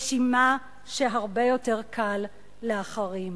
רשימה שהרבה יותר קל להחרים?